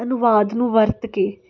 ਅਨੁਵਾਦ ਨੂੰ ਵਰਤ ਕੇ